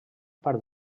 part